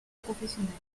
professionnels